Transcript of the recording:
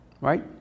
right